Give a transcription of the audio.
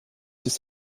des